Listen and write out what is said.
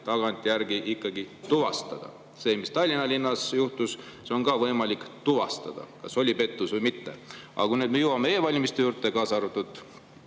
tagantjärele ikkagi tuvastada. Selle puhul, mis Tallinna linnas juhtus, on ka võimalik tuvastada, kas oli pettus või mitte. Aga kui me jõuame e‑valimiste juurde, kaasa arvatud